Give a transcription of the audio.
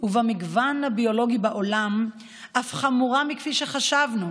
ובמגוון הביולוגי בעולם אף חמורה מכפי שחשבנו,